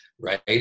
right